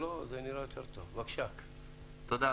תודה,